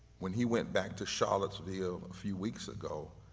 when he went back to charlottesville a few weeks ago,